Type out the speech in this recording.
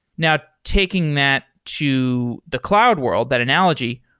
now taking that to the cloud world, that analogy,